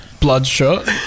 bloodshot